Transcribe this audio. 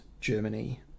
Germany